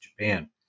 Japan